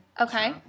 Okay